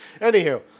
anywho